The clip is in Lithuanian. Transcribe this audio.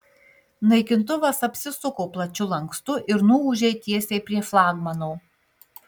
naikintuvas apsisuko plačiu lankstu ir nuūžė tiesiai prie flagmano